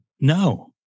No